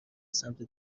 سمت